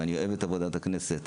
ואני אוהב את עבודת הכנסת,